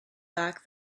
back